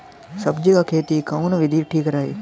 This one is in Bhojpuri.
सब्जी क खेती कऊन विधि ठीक रही?